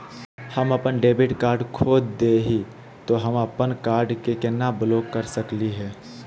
हम अपन debit card खो दे ही, त हम अप्पन कार्ड के केना ब्लॉक कर सकली हे?